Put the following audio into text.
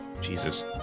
Jesus